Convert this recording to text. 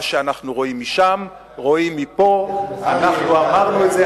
מה שאנחנו רואים משם רואים מפה אנחנו אמרנו את זה,